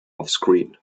offscreen